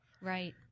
Right